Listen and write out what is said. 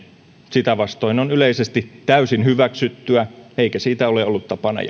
sitä vastoin on yleisesti täysin hyväksyttyä eikä siitä ole ollut tapana